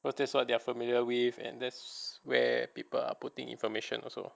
cause that's what they're familiar with and that's where people are putting information also